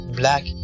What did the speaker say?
black